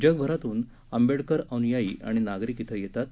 जगभरातून आंबेडकर अनुयायी आणि नागरिक इथं येत असतात